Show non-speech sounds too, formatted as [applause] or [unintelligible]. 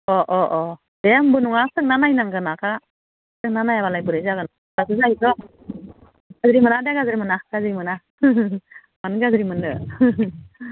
अ अ अ दे मोनबो नङा सोंना नायनांगानोखा सोंना नायाबालाय बोरै जागोन [unintelligible] गाज्रि मोनादे गाज्रि मोना गाज्रि मोना मानो गाज्रि मोननो